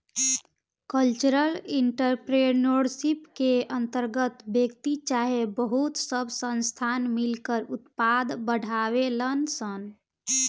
cultural entrepreneurship के अंतर्गत व्यक्ति चाहे बहुत सब संस्थान मिलकर उत्पाद बढ़ावेलन सन